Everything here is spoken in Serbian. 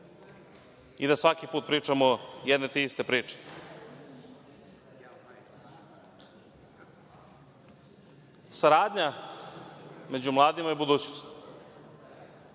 i da svaki put pričamo jedne te iste priče. Saradnja među mladima je budućnost